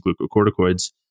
glucocorticoids